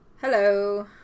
Hello